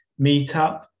Meetup